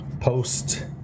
post